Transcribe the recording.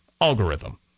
algorithm